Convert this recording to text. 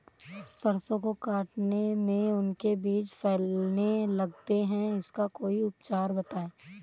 सरसो को काटने में उनके बीज फैलने लगते हैं इसका कोई उपचार बताएं?